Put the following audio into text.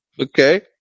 Okay